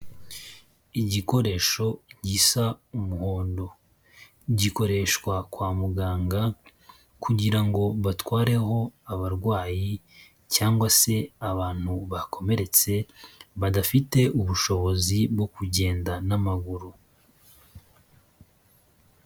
Igikoresho gisa umuhondo gikoreshwa kwa muganga, kugira batwareho abarwayi cyangwa se abantu bakomeretse badafite ubushobozi bwo kugenda n'amaguru.